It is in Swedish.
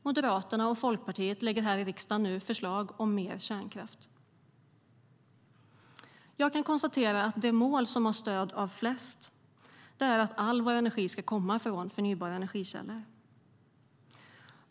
Moderaterna och Folkpartiet lägger nu här i riksdagen fram förslag om mer kärnkraft. Jag kan konstatera att det mål som har stöd av flest är att all vår energi ska komma från förnybara energikällor.